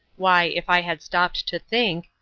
why, if i had stopped to think,